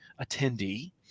attendee